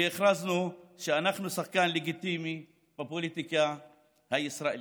והכרזנו שאנחנו שחקן לגיטימי בפוליטיקה הישראלית.